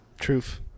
truth